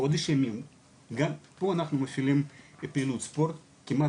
פה אנחנו מפעילים פעילות ספורט כמעט